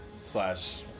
slash